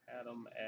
Adam